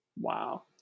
Wow